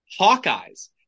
Hawkeyes